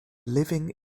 living